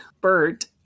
Bert